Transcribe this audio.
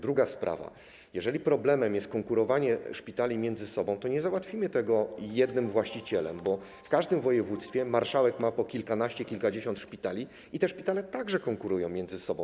Druga sprawa - jeżeli problemem jest konkurowanie szpitali między sobą, to nie załatwimy tego, wprowadzając jednego właściciela, bo w każdym województwie marszałek ma po kilkanaście, kilkadziesiąt szpitali i te szpitale także konkurują między sobą.